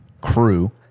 crew